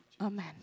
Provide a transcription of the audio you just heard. Amen